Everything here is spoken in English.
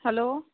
hello